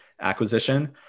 acquisition